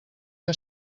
que